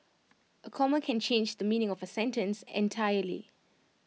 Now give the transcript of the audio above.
A comma can change the meaning of A sentence entirely